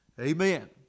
Amen